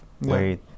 wait